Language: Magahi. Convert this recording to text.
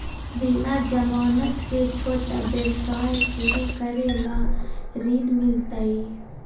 बिना जमानत के, छोटा व्यवसाय शुरू करे ला ऋण मिलतई?